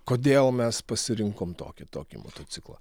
kodėl mes pasirinkom tokį tokį motociklą